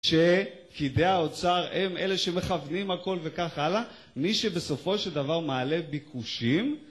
שפקידי האוצר הם אלה שמכוונים הכל וכך הלאה, מי שבסופו של דבר מעלה ביקושים